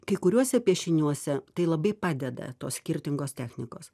kai kuriuose piešiniuose tai labai padeda tos skirtingos technikos